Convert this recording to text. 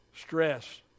Stress